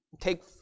Take